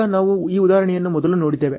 ಈಗ ನಾವು ಈ ಉದಾಹರಣೆಯನ್ನು ಮೊದಲು ನೋಡಿದ್ದೇವೆ